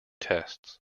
tests